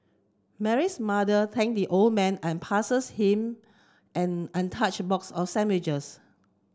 Mary's mother thank the old man and passes him an untouched box of sandwiches